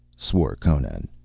swore conan.